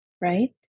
right